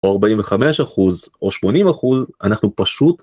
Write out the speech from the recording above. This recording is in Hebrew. או 45 אחוז או 80 אחוז אנחנו פשוט